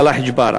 סלאח ג'בארה.